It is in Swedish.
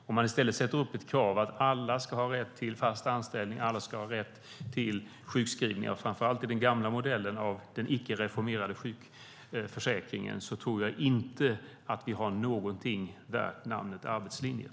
Om man i stället sätter upp ett krav på att alla ska ha rätt till fast anställning och att alla ska ha rätt till sjukskrivning, framför allt när det gäller den gamla modellen av den icke reformerade sjukförsäkringen, tror jag inte att vi har någonting värt namnet arbetslinjen.